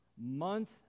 Month